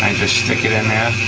just stick it in there,